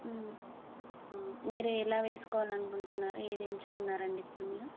మీరు ఎలా వేసుకోవాలి అనుకుంటున్నారు ఏది ఎంచుకున్నారు అండి ఇప్పుడు మీరు